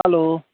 hello